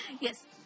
Yes